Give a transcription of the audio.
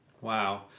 Wow